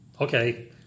Okay